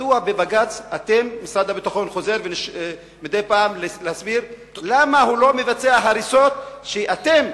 מדוע בבג"ץ משרד הביטחון חוזר להסביר מדוע הוא לא מבצע הריסות שאתם,